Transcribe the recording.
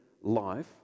life